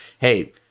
hey